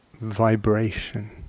vibration